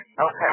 okay